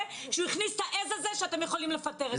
שהוא הכניס את העז הזה שאתם יכולים לפטר את מנהלי בתי החולים.